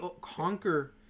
conquer